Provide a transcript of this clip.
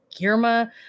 Girma